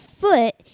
foot